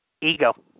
Ego